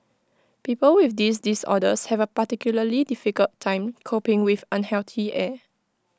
people with these disorders have A particularly difficult time coping with unhealthy air